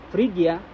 Frigia